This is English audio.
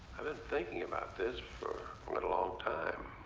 i've been thinking about this for a but long time.